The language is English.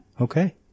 Okay